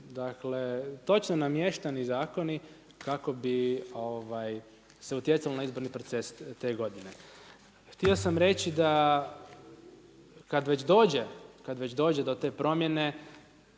pamtim točno namještani zakoni kako bi se utjecalo na izborni proces te godine. Htio sam reći da kada već dođe do te promjene,